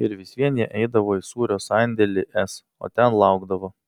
ir vis vien jie eidavo į sūrio sandėlį s o ten laukdavo